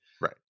right